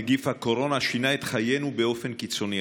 נגיף הקורונה שינה את חיינו באופן קיצוני,